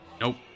Nope